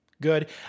good